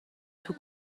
توو